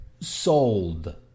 Sold